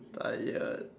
tired